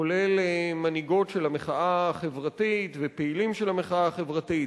כולל מנהיגות של המחאה החברתית ופעילים של המחאה החברתית.